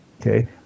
Okay